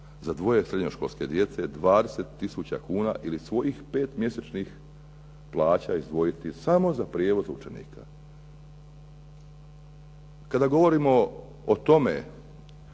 za dvoje srednjoškolske djece, 20 tisuća kuna ili svojih 5 mjesečnih plaća izdvojiti samo za prijevoz učenika? Kada govorimo o tome